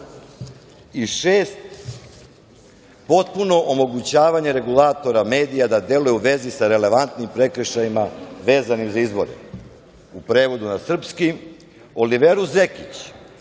šest – potpuno omogućavanje regulatora medija da deluju u vezi sa relevantnim prekršajima vezanim za izbore. U prevodu na srpski – Oliveru Zekić